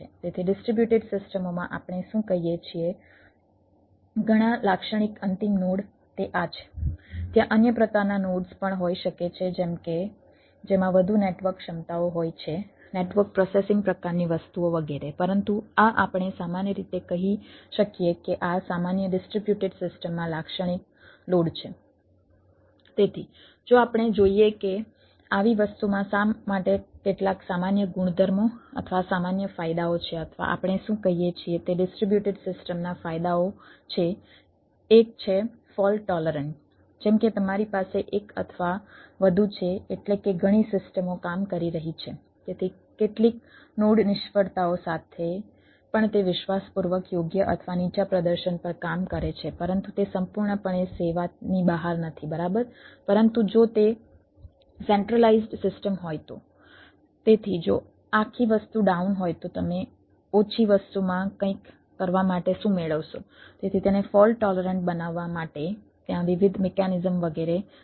તેથી જો આપણે જોઈએ કે આવી વસ્તુમાં શા માટે કેટલાક સામાન્ય ગુણધર્મો અથવા સામાન્ય ફાયદાઓ છે અથવા આપણે શું કહીએ છીએ તે ડિસ્ટ્રિબ્યુટેડ સિસ્ટમના ફાયદાઓ છે એક છે ફોલ્ટ ટોલરન્ટ વગેરે છે